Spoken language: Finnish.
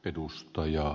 puhemies